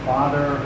Father